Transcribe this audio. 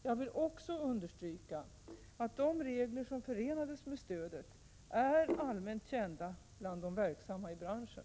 Jag vill också understryka att de regler som förenades med stödet är allmänt kända bland de verksamma i branschen.